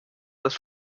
des